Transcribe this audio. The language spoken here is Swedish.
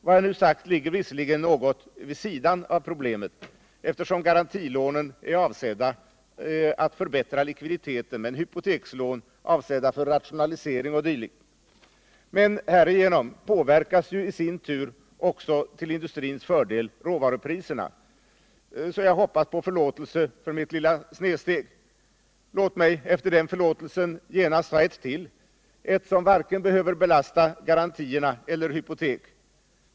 Det jag nu sagt ligger visserligen något vid sidan av den fråga vi egentligen behandlar, eftersom garantilånen är avsedda att förbättra likviditeten, men hypotekslånen är avsedda för rationalisering o. d. Men härigenom påverkas i sin tur till industrins fördel råvarupriserna. Jag hoppas alltså på förlåtelse för mitt lilla snedsteg. Låt mig efter den förlåtelsen genast ta ett till — ett som inte behöver belasta vare sig garantierna eller hypoteken.